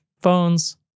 phones